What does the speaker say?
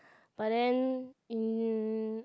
but then in